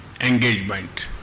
engagement